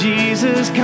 Jesus